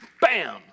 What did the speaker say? bam